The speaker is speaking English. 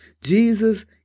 Jesus